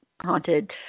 haunted